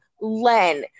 Len